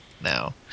now